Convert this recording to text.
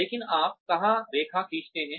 लेकिन आप कहां रेखा खींचते हैं